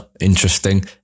interesting